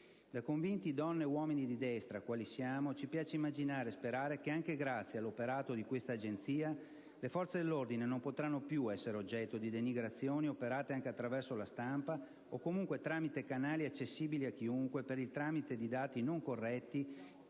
Da convinti donne e uomini di destra quali siamo, ci piace immaginare e sperare che anche grazie all'operato di questa agenzia le forze dell'ordine non potranno più essere oggetto di denigrazioni operate anche attraverso la stampa o comunque mediante canali accessibili a chiunque per il tramite di dati non corretti,